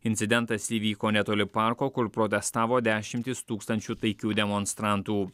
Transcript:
incidentas įvyko netoli parko kur protestavo dešimtys tūkstančių taikių demonstrantų